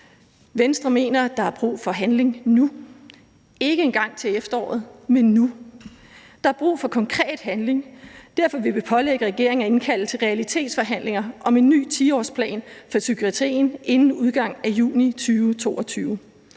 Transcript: Venstre mener, at der er brug for handling nu, ikke en gang til efteråret, men nu. Der er brug for konkret handling. Derfor vil vi pålægge regeringen at indkalde til realitetsforhandlinger om en ny 10-årsplan for psykiatrien inden udgangen af juli 2022.